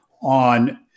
on